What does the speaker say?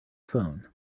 phone